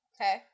okay